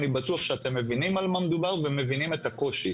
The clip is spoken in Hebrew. אני בטוח שאתם מבינים על מה מדובר ומבינים את הקושי.